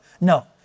No